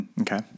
Okay